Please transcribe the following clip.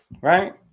Right